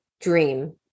dream